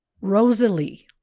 Rosalie